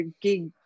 gig